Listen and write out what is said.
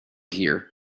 here